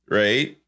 right